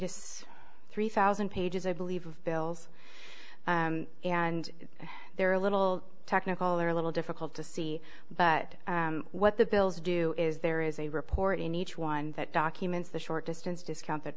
to three thousand pages i believe bills and they're a little technical or a little difficult to see but what the bills do is there is a report in each one that documents the short distance discount